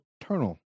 eternal